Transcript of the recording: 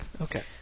Okay